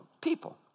people